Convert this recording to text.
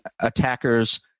attacker's